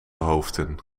hoofden